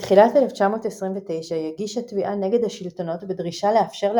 בתחילת 1929 היא הגישה תביעה נגד השלטונות בדרישה לאפשר לה